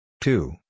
two